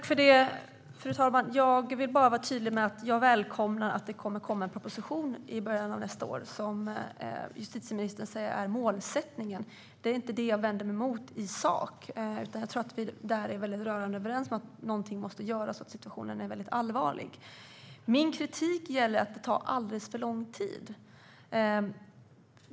Fru talman! Jag vill vara tydlig med att jag välkomnar att det kommer att komma en proposition i början av nästa år, som justitieministern säger är målsättningen. Det är inte det jag vänder mig mot i sak, utan jag tror att vi är rörande överens om att någonting måste göras och att situationen är allvarlig. Min kritik gäller att det tar alldeles för lång tid.